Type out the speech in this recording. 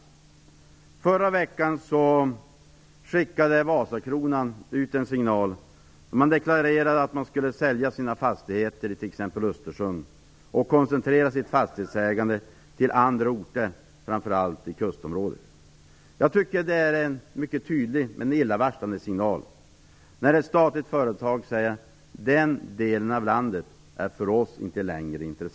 I förra veckan skickade Vasakronan ut en signal. Man deklarerade att man skulle sälja sina fastigheter i t.ex. Östersund och koncentrera sitt fastighetsägande till andra orter, framför allt i kustområden. Jag tycker att det är en mycket tydligt illavarslande signal när ett statligt företag säger att den delen av landet inte längre är intressant för företaget.